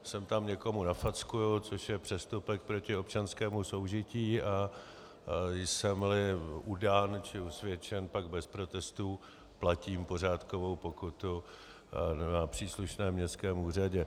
Sem tam někomu nafackuju, což je přestupek proti občanskému soužití, a jsemli udán či usvědčen, pak bez protestů platím pořádkovou pokutu na příslušném městském úřadě.